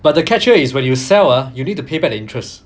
but the catch here is when you sell ah you need to pay back the interest